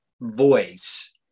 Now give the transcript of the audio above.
voice